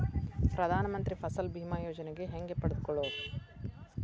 ಪ್ರಧಾನ ಮಂತ್ರಿ ಫಸಲ್ ಭೇಮಾ ಯೋಜನೆ ಹೆಂಗೆ ಪಡೆದುಕೊಳ್ಳುವುದು?